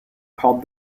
called